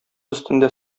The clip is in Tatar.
өстендә